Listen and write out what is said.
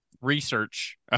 research